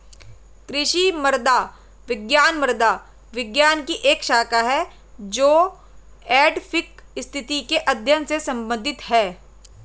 कृषि मृदा विज्ञान मृदा विज्ञान की एक शाखा है जो एडैफिक स्थिति के अध्ययन से संबंधित है